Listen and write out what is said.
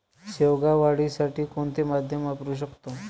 शेवगा वाढीसाठी कोणते माध्यम वापरु शकतो?